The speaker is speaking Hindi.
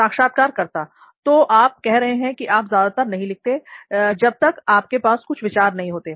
साक्षात्कारकर्ता तो आप कह रहे हैं कि आप ज्यादातर नहीं लिखते जब तक आपके पास कुछ विचार नहीं होते हैं